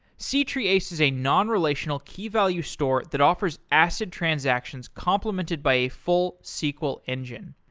c-treeace is a non-relational key-value store that offers acid transactions complemented by a full sql engine.